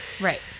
Right